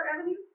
Avenue